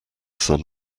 sun